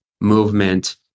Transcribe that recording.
movement